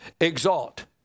exalt